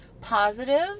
positive